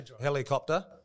Helicopter